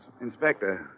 Inspector